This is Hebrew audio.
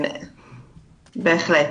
בהחלט.